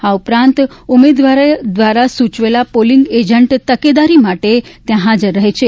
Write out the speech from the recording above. આ ઉપરાંત ઉમેદવાર દ્વારા સૂચવેલા પોલીંગ એજન્ટ તકેદારી માટે ત્યાં હાજર રહે છે